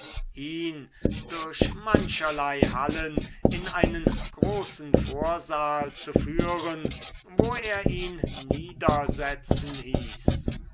ihn durch mancherlei hallen in einen großen vorsaal zu führen wo er ihn niedersitzen hieß